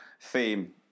theme